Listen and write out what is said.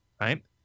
right